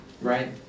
right